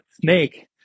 snake